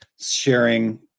sharing